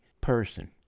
person